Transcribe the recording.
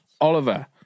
Oliver